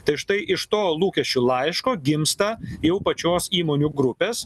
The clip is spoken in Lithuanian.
tai štai iš to lūkesčių laiško gimsta jau pačios įmonių grupės